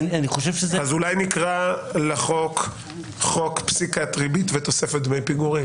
אולי נקרא לחוק חוק פסיקת ריבית ותוספת פיגורים.